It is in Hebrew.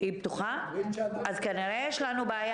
ואני מקווה שאתם גם שומעים